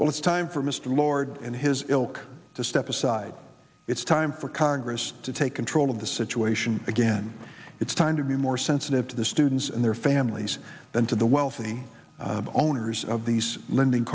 well it's time for mr lord and his ilk to step aside it's time for congress to take control of the situation again it's time to be more sensitive to the students and their families than to the wealthy owners of these lending